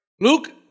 Luke